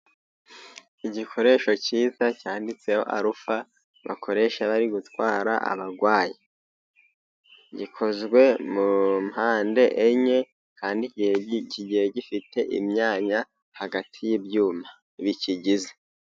Igikoresho cyiza cyanditseho ALPHA bakoresha bari gutwara abarwayi, gikozwe mu mpande enye kandi kigihe gifite imyanya hagati y'ibyuma bikigize.